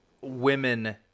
women